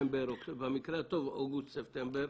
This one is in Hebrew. במקרה הטוב באוגוסט-ספטמבר